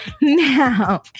Now